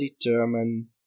determine